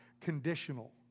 conditional